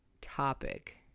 topic